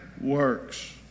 works